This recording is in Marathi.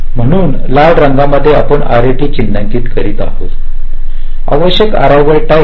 म्हणून लाल मध्ये आपण आरएटी चिन्हांकित करीत आहोत आवश्यक अररिवाल टाईम